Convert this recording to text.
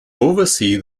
oversee